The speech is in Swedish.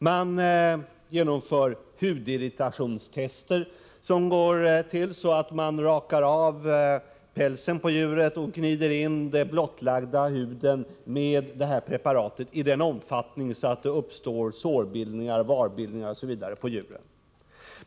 Man genomför hudirritationstester, som går till så att man rakar av pälsen på djuren och gnider in den blottlagda huden med det preparat som skall provas, i sådan omfattning att det uppstår sår och varbildningar på djuren.